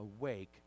awake